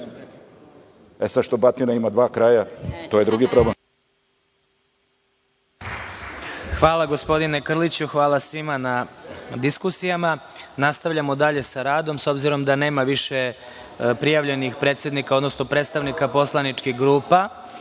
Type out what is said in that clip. Sad što batina ima dva kraja, to je drugi problem. **Vladimir Marinković** Hvala, gospodine Krliću. Hvala svima na diskusijama. Nastavljamo dalje sa radom.S obzirom da nema više prijavljenih predsednika, odnosno predstavnika poslaničkih grupa,